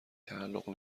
تعلق